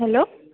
hello